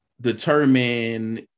determine